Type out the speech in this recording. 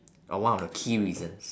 or one of the key reasons